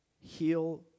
heal